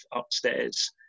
upstairs